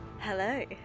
Hello